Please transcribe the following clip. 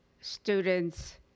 students